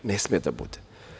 Ne sme da bude.